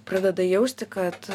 pradeda jausti kad